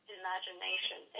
imagination